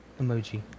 Emoji